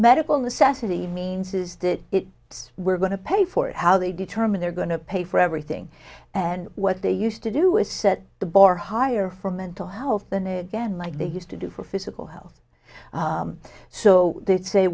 medical necessity means is that it we're going to pay for it how they determine they're going to pay for everything and what they used to do is set the bar higher for mental health than again like they used to do for physical health so they'd say